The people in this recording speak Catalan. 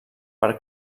per